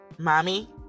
Mommy